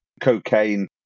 cocaine